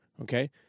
okay